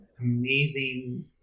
amazing